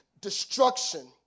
destruction